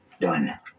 Done